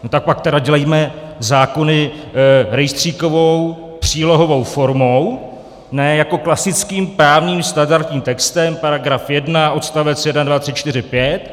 No tak pak tedy dělejme zákony rejstříkovou přílohovou formou, ne jako klasickým právním standardním textem § 1, odst. 1, 2, 3, 4, 5.